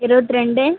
இருவத்திரெண்டு